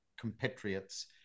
compatriots